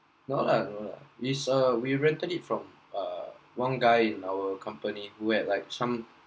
no lah no lah is err we rented it from a one guy in our company who had like some